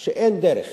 מצב שאין דרך